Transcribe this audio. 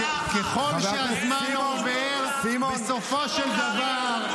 ככל שהזמן עובר ------- בסופו של דבר,